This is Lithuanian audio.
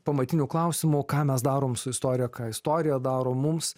pamatiniu klausimu ką mes darom su istorija ką istorija daro mums